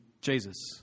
Jesus